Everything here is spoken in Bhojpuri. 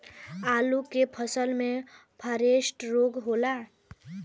आलू के फसल मे फारेस्ट रोग होला?